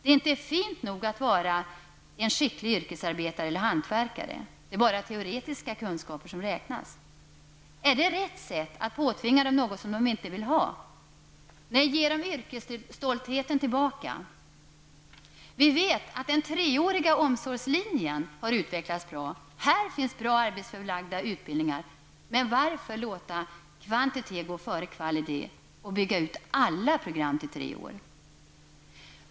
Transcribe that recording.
Det är inte fint nog att vara en skicklig yrkesarbetare eller hantverkare. Det är bara teoretiska kunskaper som räknas. Är det riktigt att påtvinga dem något som de inte vill ha? Nej, ge dem yrkesstoltheten tillbaka! Vi vet att den treåriga omsorgslinjen har utvecklats bra. Här finns bra arbetsplatsförlagda utbildningar. Men varför låta kvantitet gå före kvalitet och bygga ut alla program till tre år?